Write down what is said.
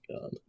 God